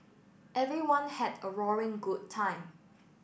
everyone had a roaring good time